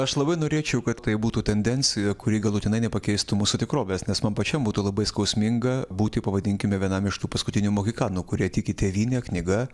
aš labai norėčiau kad tai būtų tendencija kuri galutinai nepakeistų mūsų tikrovės nes man pačiam būtų labai skausminga būti pavadinkime vienam iš tų paskutinių mohikanų kurie tiki tėvyne knyga